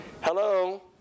hello